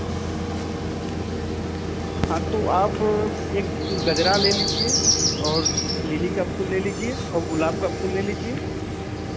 हाँ तो आप एक गजरा ले लीजिए और लिली का फूल ले लीजिए और गुलाब का फूल ले लीजिए